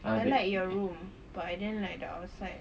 I like your room but I didn't like the outside